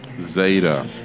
Zeta